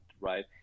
right